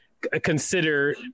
consider